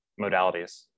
modalities